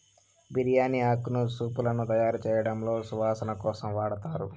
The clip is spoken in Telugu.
బిర్యాని ఆకును సూపులను తయారుచేయడంలో సువాసన కోసం వాడతారు